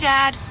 Dad